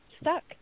stuck